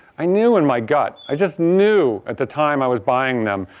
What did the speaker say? i knew in my gut, i just knew at the time i was buying them.